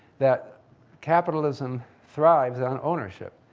that capitalism thrives on ownership,